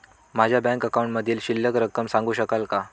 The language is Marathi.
माझ्या बँक अकाउंटमधील शिल्लक रक्कम सांगू शकाल का?